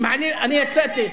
אני יצאתי.